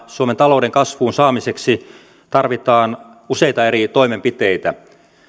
suomen talouden kasvuun saamiseksi tarvitaan useita eri toimenpiteitä